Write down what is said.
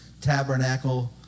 tabernacle